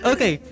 Okay